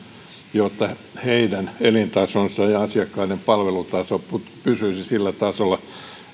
jotta heidän elintasonsa ja asiakkaiden palvelutaso pysyisivät sillä tasolla